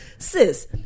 Sis